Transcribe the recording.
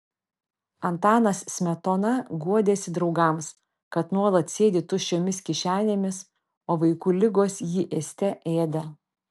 antanas smetona guodėsi draugams kad nuolat sėdi tuščiomis kišenėmis o vaikų ligos jį ėste ėda